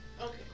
Okay